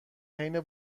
حین